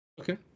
Okay